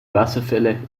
wasserfälle